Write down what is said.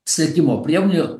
sekimo priemonių